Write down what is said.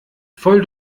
voll